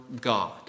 God